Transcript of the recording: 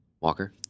Walker